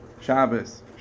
Shabbos